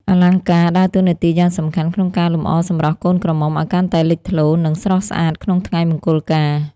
អលង្ការដើរតួនាទីយ៉ាងសំខាន់ក្នុងការលម្អសម្រស់កូនក្រមុំឲ្យកាន់តែលេចធ្លោ និងស្រស់ស្អាតក្នុងថ្ងៃមង្គលការ។